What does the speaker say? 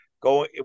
Go